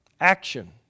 Action